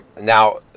Now